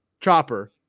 chopper